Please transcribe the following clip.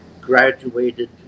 graduated